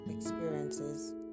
experiences